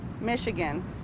Michigan